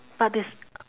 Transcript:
but this